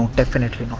definitely not.